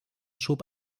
schob